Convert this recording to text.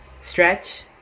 stretch